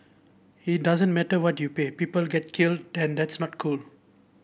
it doesn't matter what you pay people get killed and that's not cool